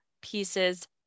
pieces